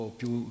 più